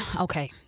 okay